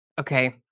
Okay